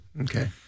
Okay